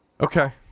Okay